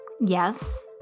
Yes